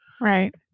Right